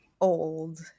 old